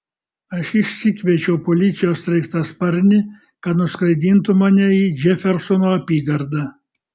aš išsikviečiau policijos sraigtasparnį kad nuskraidintų mane į džefersono apygardą